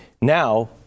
now